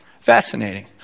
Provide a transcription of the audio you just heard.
Fascinating